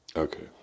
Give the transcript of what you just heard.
Okay